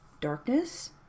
Darkness